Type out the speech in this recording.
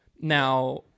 now